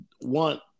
want